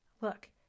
Look